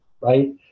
right